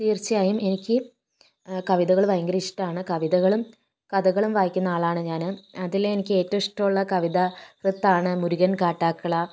തീർച്ചയായും എനിക്ക് കവിതകൾ ഭയങ്കര ഇഷ്ടാണ് കവിതകളും കഥകളും വായിക്കുന്ന ആളാണ് ഞാന് അതിലെ എനിക്ക് ഏറ്റവും ഇഷ്ടമുള്ള കവിതാ കൃത്താണ് മുരുകൻ കാട്ടാകള